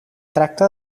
tracta